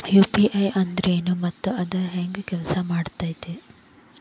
UPI ಅಂದ್ರೆನು ಮತ್ತ ಅದ ಹೆಂಗ ಕೆಲ್ಸ ಮಾಡ್ತದ